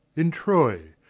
in troy,